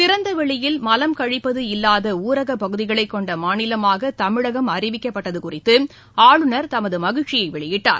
திறந்தவெளியில் மலம் கழிப்பது இல்லாத ஊரகப்பகுதிகளை கொண்ட மாநிலமாக தமிழகம் அறிவிக்கப்பட்டது குறித்து ஆளுநர் தமது மகிழ்ச்சியை வெளியிட்டார்